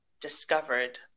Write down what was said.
discovered